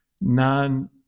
non